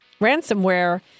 ransomware